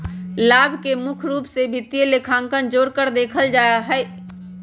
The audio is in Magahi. लाभ के मुख्य रूप से वित्तीय लेखांकन से जोडकर देखल जा हई